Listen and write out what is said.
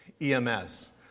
EMS